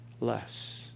less